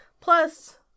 Plus